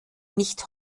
nicht